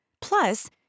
Plus